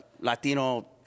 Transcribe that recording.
Latino